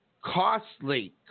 Costly